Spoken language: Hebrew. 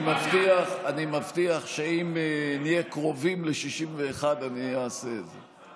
אני מבטיח שאם נהיה קרובים ל-61 אעשה את זה.